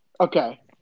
Okay